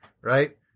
Right